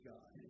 God